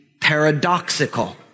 paradoxical